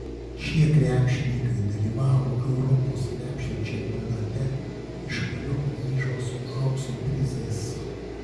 šie krepšininkai dalyvavo europos krepšinio čempionate iš kurio grįžo su aukso prizais